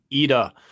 Ida